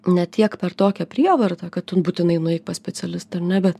ne tiek per tokią prievartą kad tu būtinai nueik pas specialistą ar ne bet